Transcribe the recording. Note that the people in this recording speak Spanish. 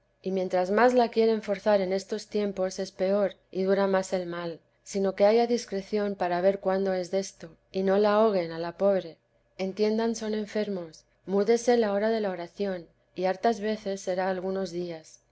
y mientras más la quieren forzar en estos tiempos es peor y dura más el mal sino que haya discreción para ver cuándo es desto y no la ahoguen a la pobre entiendan son enfermos múdese la hora de la oración y hartas veces será algunos días